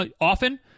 often